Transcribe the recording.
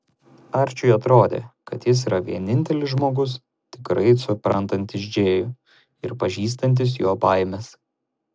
arčiui atrodė kad jis yra vienintelis žmogus tikrai suprantantis džėjų ir pažįstantis jo baimes